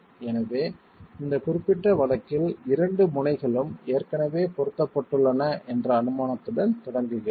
எனவே இந்த குறிப்பிட்ட வழக்கில் இரண்டு முனைகளும் ஏற்கனவே பொருத்தப்பட்டுள்ளன என்ற அனுமானத்துடன் தொடங்குகிறோம்